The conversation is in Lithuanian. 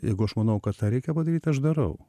jeigu aš manau kad tą reikia padaryt aš darau